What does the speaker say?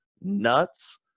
nuts